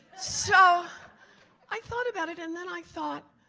so i thought about it and then i thought,